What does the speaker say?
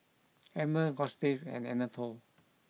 Emmer Gustave and Anatole